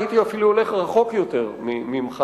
הייתי אפילו הולך רחוק יותר ממך,